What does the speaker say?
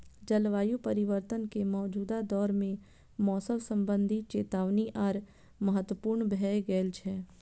जलवायु परिवर्तन के मौजूदा दौर मे मौसम संबंधी चेतावनी आर महत्वपूर्ण भए गेल छै